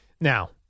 Now